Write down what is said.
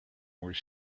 were